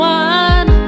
one